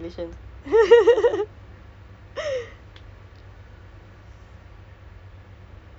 still ya it's decent lah I still okay those easy to bake kind right I boleh tapi macam